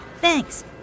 Thanks